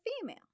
female